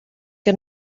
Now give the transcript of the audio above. que